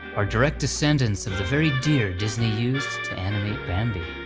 are direct descendants of the very deer disney used to animate bambi?